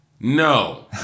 No